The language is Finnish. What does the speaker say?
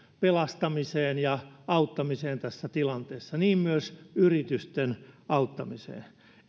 pelastamiseen ja auttamiseen tässä tilanteessa niin myös yritysten auttamiseen